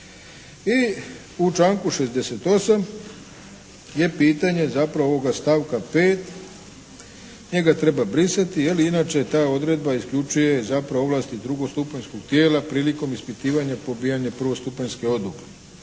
I u članku 68. je pitanje zapravo ovoga stavka 5. Njega treba brisati jer inače ta odredba isključuje zapravo ovlasti drugostupanjskog tijela prilikom ispitivanja pobijanja prvostupanjske odluke,